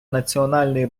національної